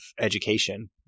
education